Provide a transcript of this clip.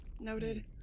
Noted